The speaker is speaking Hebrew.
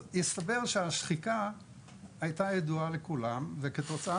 אז הסתבר שהשחיקה הייתה ידועה לכולם וכתוצאה